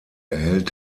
erhält